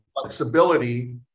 flexibility